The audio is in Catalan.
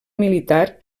militar